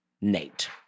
Nate